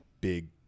big